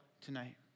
tonight